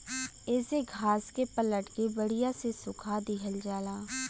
येसे घास के पलट के बड़िया से सुखा दिहल जाला